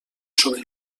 sobre